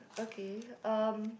okay um